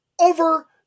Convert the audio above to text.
Over